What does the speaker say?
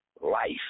life